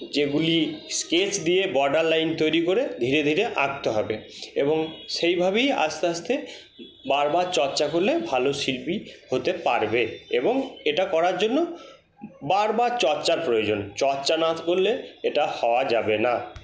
যেগুলি স্কেচ দিয়ে border line তৈরি করে ধীরে ধীরে আঁকতে হবে এবং সেই ভাবেই আস্তে আস্তে বারবার চর্চা করলে ভালো শিল্পী হতে পারবে এবং এটা করার জন্য বারবার চর্চার প্রয়োজন চর্চা না করলে এটা হওয়া যাবে না